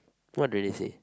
what do they say